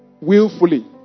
Willfully